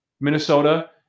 Minnesota